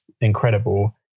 incredible